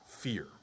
fear